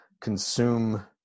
consume